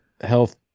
health